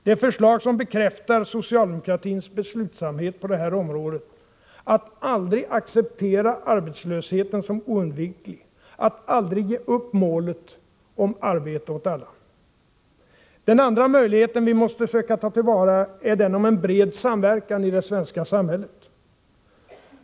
Det är förslag som bekräftar socialdemokratins beslutsamhet på det här området att aldrig acceptera arbetslösheten som oundviklig, att aldrig ge upp målet om arbete åt alla. Den andra möjligheten vi måste söka ta till vara är den om en bred samverkan i det svenska samhället.